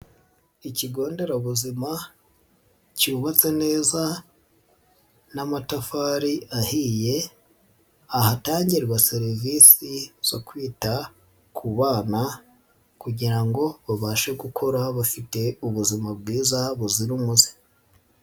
Ikigo nderabuzima cyubatse neza n'amatafari ahiye, ahatangirwa serivisi zo kwita ku bana kugira ngo babashe gukora bafite ubuzima bwiza buzira umuze.